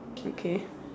okay